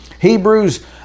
Hebrews